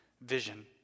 vision